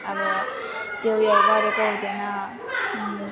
अन्त त्यो उयोहरू गरेको हुँदेन